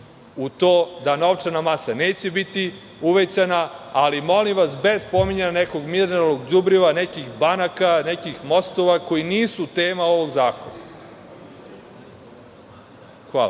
u to da novčana masa neće biti uvećana, ali, molim vas, bez pominjanja nekog mineralnog đubriva, nekih banaka, nekih mostova, koji nisu tema ovog zakona. Hvala.